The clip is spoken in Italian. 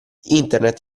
internet